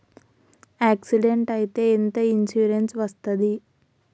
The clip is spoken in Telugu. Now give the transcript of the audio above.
యాక్సిడెంట్ అయితే ఎంత ఇన్సూరెన్స్ వస్తది?